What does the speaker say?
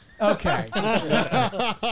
Okay